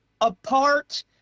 apart